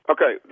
Okay